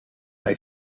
hij